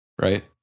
Right